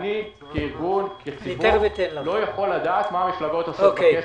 אני כארגון לא יכול לדעת מה המפלגות עושות בכסף.